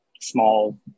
small